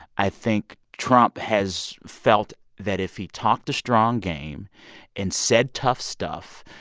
i think trump has felt that if he talked a strong game and said tough stuff,